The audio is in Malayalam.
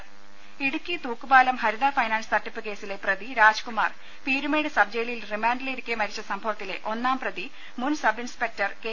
രദേഷ്ടെടു ഇടുക്കി തൂക്കുപാലം ഹരിത ഫൈനാൻസ് തട്ടിപ്പ് കേസിലെ പ്രതി രാജ് കുമാർ പീരുമേട് സബ്ജയിലിൽ റിമാന്റിലിരിക്കെ മരിച്ച സംഭവത്തിലെ ഒ ന്നാം പ്രതി മുൻ സബ് ഇൻസ്പെക്ടർ കെ